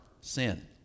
sin